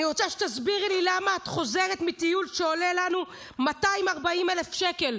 אני רוצה שתסבירי לי למה את חוזרת מטיול שעולה לנו 240,000 שקל,